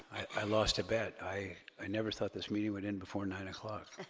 i lost a bet i i never thought this meeting went in before nine o'clock